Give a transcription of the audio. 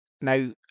Now